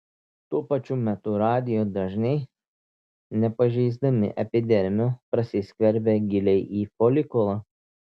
tuo pačiu metu radijo dažniai nepažeisdami epidermio prasiskverbia giliai į folikulą